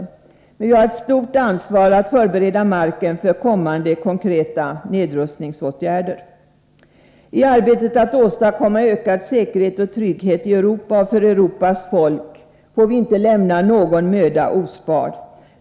Men vi har ett stort ansvar när det gäller att förbereda marken för kommande konkreta nedrustningsåtgärder. I arbetet att åstadkomma ökad säkerhet och trygghet i Europa och för Europas folk får vi inte lämna någon möda ospard.